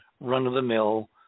run-of-the-mill